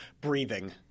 breathing